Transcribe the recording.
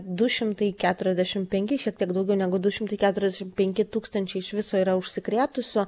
du šimtai keturiasdešim penki šiek tiek daugiau negu du šimtai keturiasdešim penki tūkstančiai iš viso yra užsikrėtusių